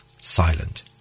silent